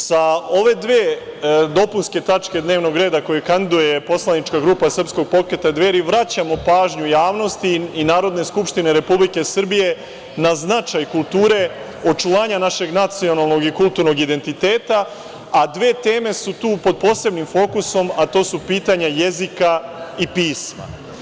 Sa ove dve dopunske tačke dnevnog reda koje kandiduje poslanička grupa Srpskog pokreta Dveri, vraćamo pažnju javnosti i Narodne skupštine Republike Srbije na značaj kulture očuvanja našeg nacionalnog i kulturnog identiteta, a dve teme su tu pod posebnim fokusom, a to su pitanja jezika i pisma.